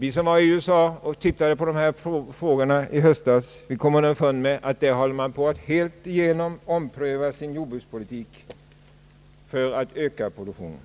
Vi som var i USA i höstas och studerade dessa frågor kom underfund med att man där helt igenom omprövar sin jordbrukspolitik för att öka produktionen.